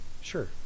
Sure